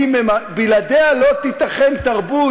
בלעדיה לא תיתכן תרבות.